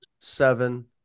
Seven